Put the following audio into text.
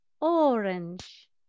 orange